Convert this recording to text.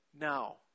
now